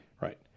right